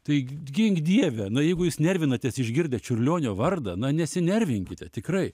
tai gink dieve na jeigu jūs nervinatės išgirdę čiurlionio vardą na nesinervinkite tikrai